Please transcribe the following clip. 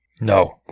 No